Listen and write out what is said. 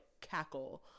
cackle